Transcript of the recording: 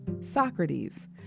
Socrates